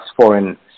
foreign